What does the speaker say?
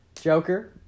Joker